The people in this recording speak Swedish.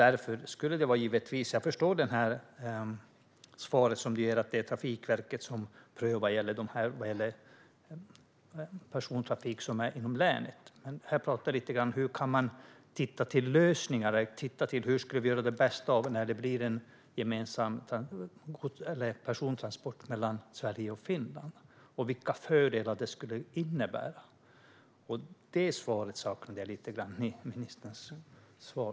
Jag förstår svaret du ger: att det är Trafikverket som prövar när det gäller persontrafik inom länet. Men det jag talar om är hur man kan hitta lösningar och titta på hur vi kan göra det bästa av en gemensam persontransport mellan Sverige och Finland och vilka fördelar det skulle innebära. Detta saknade jag lite grann i ministerns svar.